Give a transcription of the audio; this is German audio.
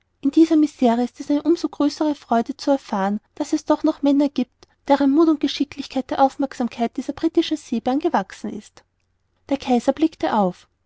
in dieser misre ist es eine um so größere freude zu erfahren daß es doch noch männer gibt deren muth und geschicklichkeit der aufmerksamkeit dieser britischen seebären gewachsen ist der kaiser blickte auf